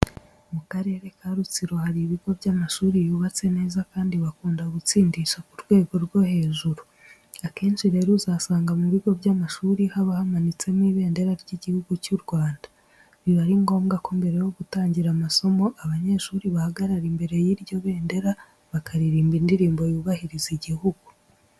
Mu Karere ka Rutsiro hari ibigo by'amashuri byubatse neza kandi bakunda gutsindisha ku rwego rwo hejuru. Akenshi rero uzasanga mu bigo by'amashuri haba hamanitsemo ibendera ry'Igihugu cy'u Rwanda. Biba ari ngombwa ko mbere yo gutangira amasomo abanyeshuri bahagarara imbere y'iryo bendera bakaririmba indirimbo yubahiriza igihugu.